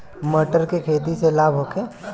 मटर के खेती से लाभ होखे?